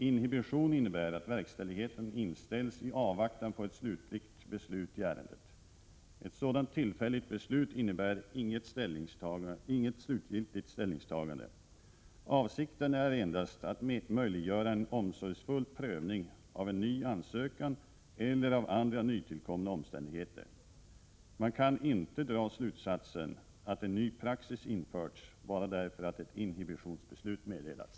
Inhibition innebär att verkställigheten inställts i avvaktan på ett slutligt beslut i ärendet. Ett sådant tillfälligt beslut innebär inget slutligt ställningstagande. Avsikten är endast att möjliggöra en omsorgsfull prövning av en ny ansökan eller av andra nytillkomna omständigheter. Man kan inte dra slutsatsen att en ny praxis införts bara därför att ett inhibitionsbeslut meddelats.